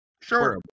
Sure